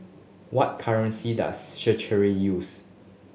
what currency does Seychelles use